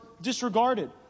disregarded